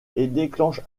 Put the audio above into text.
déclenche